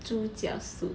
猪脚 soup